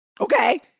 Okay